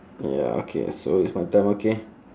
ya okay so it's my turn okay